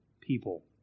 people